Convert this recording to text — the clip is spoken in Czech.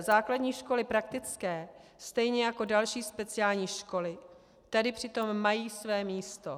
Základní školy praktické stejně jako další speciální školy tady přitom mají své místo.